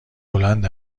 بلند